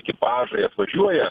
ekipažai atvažiuoja